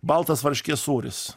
baltas varškės sūris